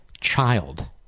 child